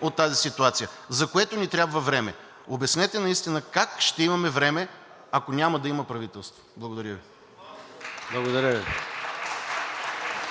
от тази ситуация, за което ни трябва време. Обяснете наистина как ще имаме време, ако няма да има правителство? Благодаря Ви. (Ръкопляскания